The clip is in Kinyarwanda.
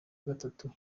gatatu